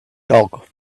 dog